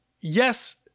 yes